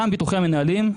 גם ביטוחי המנהלים,